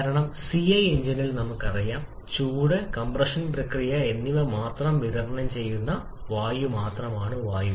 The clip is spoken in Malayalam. കാരണം സിഐ എഞ്ചിനിൽ നമുക്കറിയാം ചൂട് കംപ്രഷൻ പ്രക്രിയ എന്നിവ മാത്രം വിതരണം ചെയ്യുന്ന വായു മാത്രമാണ് വായു